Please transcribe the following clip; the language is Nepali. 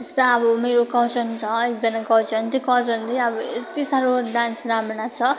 जस्तै अब मेरो कजन छ एकजना कजन त्यो कजनले अब यति साह्रो डान्स राम्रो नाच्छ